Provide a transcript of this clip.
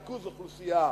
ריכוז אוכלוסייה,